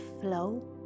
flow